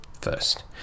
first